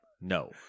no